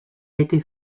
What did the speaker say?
été